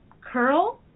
curl